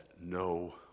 no